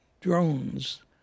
drones